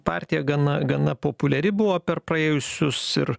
partija gana gana populiari buvo per praėjusius ir